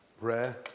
Rare